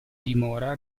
dimora